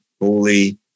holy